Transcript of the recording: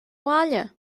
bhaile